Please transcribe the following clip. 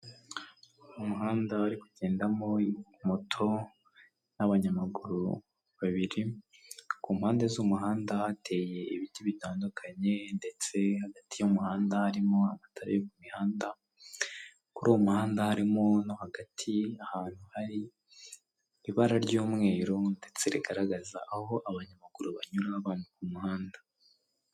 Umuhanda uri kugendamo moto n'abanyamaguru babiri, ku mpande z'umuhanda hateye ibiti bitandukanye ndetse hagati y'umuhanda harimo amatara yo ku mihanda, kuri uwo muhanda harimo no hagati ahantu hari ibara ry'umweru ndetse rigaragaza aho abanyamaguru banyura bambuka umuhanda.